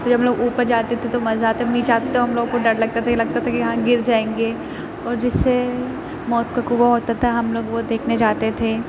تو ہم لوگ اوپر جاتے تھے تو مزہ آتا تب نیچے آتے تو ہم لوگ کو ڈر لگتا تھا یہ لگتا تھا کہ ہاں گر جائیں گے اور جس سے موت کا کنواں ہوتا تھا ہم لوگ وہ دیکھنے جاتے تھے